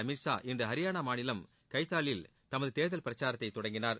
அமித்ஷா இன்று வறியானா மாநிலம் கைத்தாவில் தமது தேர்தல் பிரச்சாரத்தை தொடங்கினார்